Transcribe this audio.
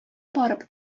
барып